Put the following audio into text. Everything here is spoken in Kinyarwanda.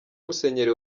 musenyeri